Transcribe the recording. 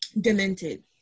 Demented